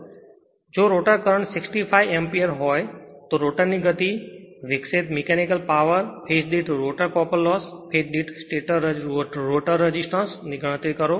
જો rotor current 65 એમ્પીયરહોય તો રોટર ગતિ વિકસિત મીકેનિકલ પાવર ફેજ દીઠ રોટર કોપર લોસ ફેજ દીઠ રોટર રેસિસ્ટન્સ ની ગણતરી કરો